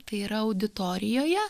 tai yra auditorijoje